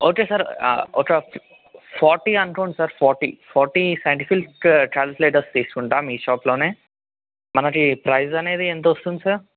okay sir ఒక forty అనుకోండి sir forty forty scientific calculators తీసుకుంటాను మీ షాప్లో మనకు ప్రైస్ అనేది ఎంత వస్తుంది సార్